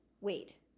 Wait